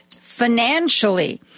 financially